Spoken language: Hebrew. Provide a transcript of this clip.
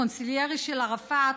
הקונסיליירי של ערפאת,